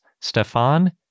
Stefan